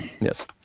Yes